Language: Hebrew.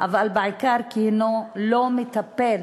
אבל בעיקר כי הוא לא מטפל